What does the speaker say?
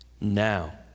now